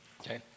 Okay